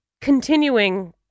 continuing